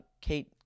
Kate